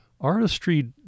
artistry